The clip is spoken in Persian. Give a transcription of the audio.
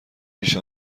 پیش